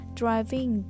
driving